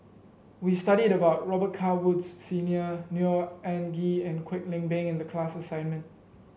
we studied about Robet Carr Woods Senior Neo Anngee and Kwek Leng Beng in the class assignment